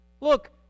Look